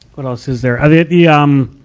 what else is there? i did the, um,